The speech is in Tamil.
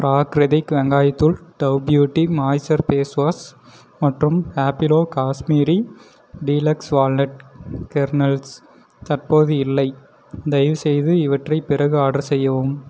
பிராக்ரிதிக் வெங்காயத் தூள் Dove beauty moisture face wash மற்றும் Happilo Kashmiri deluxe walnut kernels தற்போது இல்லை தயவுசெய்து இவற்றை பிறகு ஆர்டர் செய்யவும்